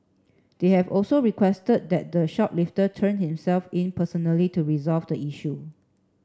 they have also requested that the shoplifter turn himself in personally to resolve the issue